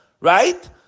Right